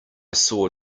saw